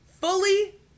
fully